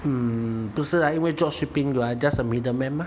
mm 不是啊因为 drop shipping you are just a middle man mah